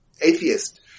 atheist